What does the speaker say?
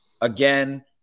Again